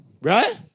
Right